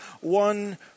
one